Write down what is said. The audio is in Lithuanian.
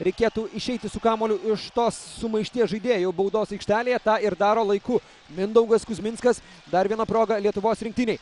reikėtų išeiti su kamuoliu iš tos sumaišties žaidėjų baudos aikštelėje tą ir daro laiku mindaugas kuzminskas dar viena proga lietuvos rinktinei